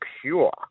pure